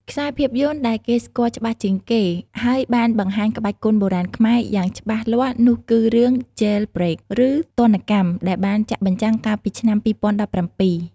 ខ្សែភាពយន្តដែលគេស្គាល់ច្បាស់ជាងគេ ហើយបានបង្ហាញក្បាច់គុនបុរាណខ្មែរយ៉ាងច្បាស់លាស់នោះគឺរឿង "Jailbreak" ឬ "ទណ្ឌកម្ម" ដែលបានចាក់បញ្ចាំងកាលពីឆ្នាំ២០១៧។